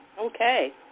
okay